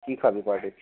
কি খুৱাবি পাৰ্টিত